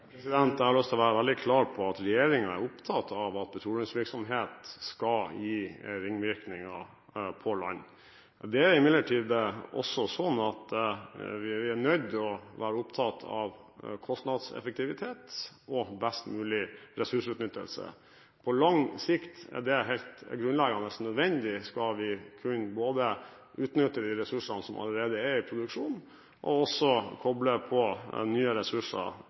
Jeg har lyst til å være veldig klar på at regjeringen er opptatt av at petroleumsvirksomhet skal gi ringvirkninger på land. Det er imidlertid også sånn at vi er nødt til å være opptatt av kostnadseffektivitet og best mulig ressursutnyttelse. På lang sikt er det helt grunnleggende nødvendig skal vi kunne både utnytte de ressursene som allerede er i produksjon, og også koble på nye ressurser